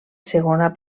segona